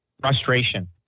frustration